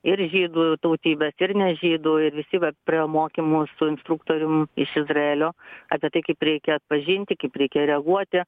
ir žydų tautybės ir ne žydų ir visi vat praėjo mokymus su instruktorium iš izraelio apie tai kaip reikia atpažinti kaip reikia reaguoti